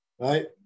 Right